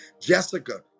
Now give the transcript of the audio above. Jessica